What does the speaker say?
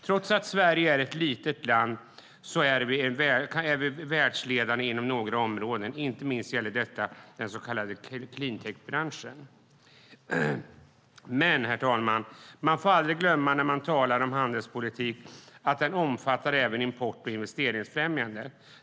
Trots att Sverige är ett litet land är vi världsledande inom några områden, inte minst gäller det den så kallade cleantechbranschen. Men man får aldrig glömma när man talar om handelspolitik att den även omfattar import och investeringsfrämjande.